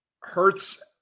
Hurts